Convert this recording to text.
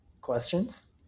questions